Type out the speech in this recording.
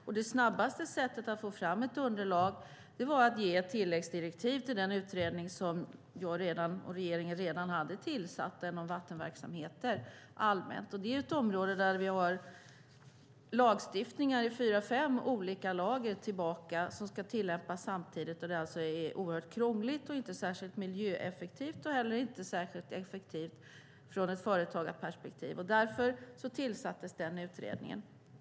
Och det snabbaste sättet att få fram ett underlag var att ge ett tilläggsdirektiv till den utredningen som jag och regeringen redan hade tillsatt, den om vattenverksamheter allmänt. Det är ett område där vi har lagstiftningar i fyra fem olika lager tillbaka som ska tillämpas samtidigt. Det är alltså oerhört krångligt och inte särskilt miljöeffektivt och heller inte särskilt effektivt från ett företagarperspektiv. Därför tillsattes utredningen.